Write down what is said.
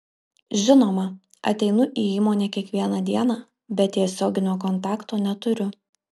žinoma ateinu į įmonę kiekvieną dieną bet tiesioginio kontakto neturiu